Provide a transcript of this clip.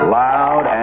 loud